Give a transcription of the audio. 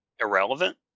irrelevant